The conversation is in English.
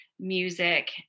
music